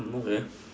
okay